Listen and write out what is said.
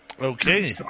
Okay